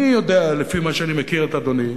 אני יודע, לפי מה שאני מכיר את אדוני,